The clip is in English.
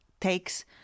takes